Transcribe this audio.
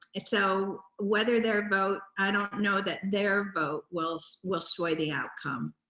so, whether their vote, i don't know that their vote will so will sway the outcome.